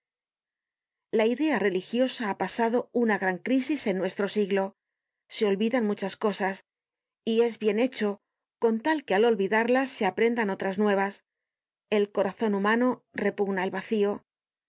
la idea religiosa ha pasado una gran crisis en nuestro siglo se olvidan muchas cosas y es bien hecho con tal que al olvidarlas se aprendan otras nuevas el corazon humano repugna el vacío